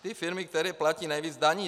Ty firmy, které platí nejvíc daní.